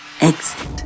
exit